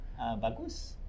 bagus